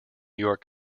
york